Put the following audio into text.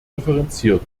differenziert